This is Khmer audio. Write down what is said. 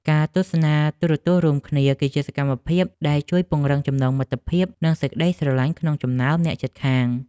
ការទស្សនាទូរទស្សន៍រួមគ្នា គឺជាសកម្មភាពដែលជួយពង្រឹងចំណងមិត្តភាពនិងសេចក្តីស្រឡាញ់ក្នុងចំណោមអ្នកជិតខាង។